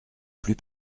plus